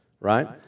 Right